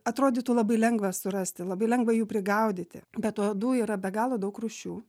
atrodytų labai lengva surasti labai lengva jų prigaudyti bet uodų yra be galo daug rūšių